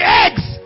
eggs